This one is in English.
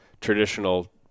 traditional